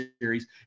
series